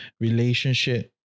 relationship